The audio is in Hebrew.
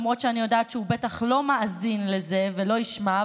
למרות שאני יודעת שהוא בטח לא מאזין לזה ולא ישמע,